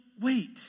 wait